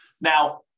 Now